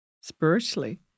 spiritually